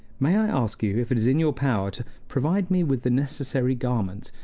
may i ask you if it is in your power to provide me with the necessary garments,